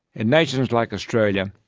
in nations like australia,